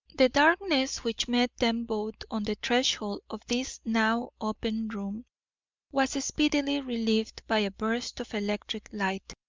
the darkness which met them both on the threshold of this now open room was speedily relieved by a burst of electric light,